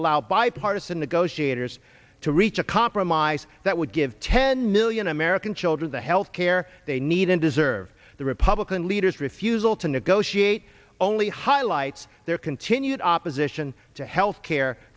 allow bipartisan negotiators to reach a compromise that would give ten million american children the health care they need and deserve the republican leaders refusal to negotiate only highlights their continued opposition to health care